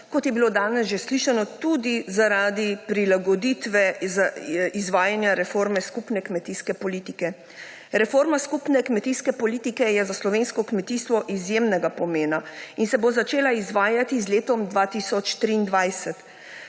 kot je bilo danes že slišano, tudi zaradi prilagoditve izvajanja reforme skupne kmetijske politike. Reforma skupne kmetijske politike je za slovensko kmetijstvo izjemnega pomena in se bo začela izvajati z letom 2023.